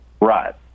Right